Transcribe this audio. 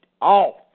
off